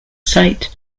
site